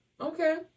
Okay